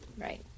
right